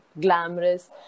glamorous